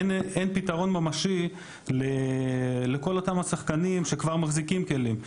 אין פתרון ממשי לכל אותם השחקנים שכבר מחזיקים כלים,